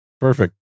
Perfect